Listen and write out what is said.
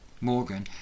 Morgan